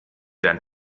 dein